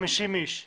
אבל